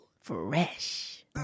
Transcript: fresh